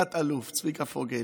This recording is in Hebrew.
תת-אלוף צביקה פוגל,